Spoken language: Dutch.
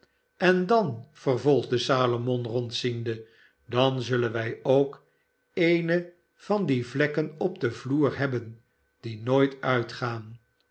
en dan vervolgde salomon rondziende dan zullen wij ook eene van die vlekken op den vloer hebben die nooit uitgaan